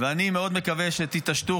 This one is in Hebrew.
ואני מאוד מקווה שתתעשתו,